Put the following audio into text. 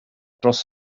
dros